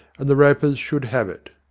and the ropers should have it.